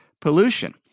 pollution